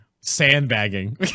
Sandbagging